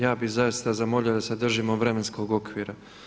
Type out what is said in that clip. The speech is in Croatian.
Ja bih zaista zamolio da se držimo vremenskog okvira.